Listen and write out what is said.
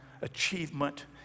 achievement